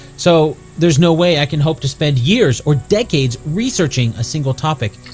so there's no way i can hope to spend years or decades researching a single topic.